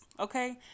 Okay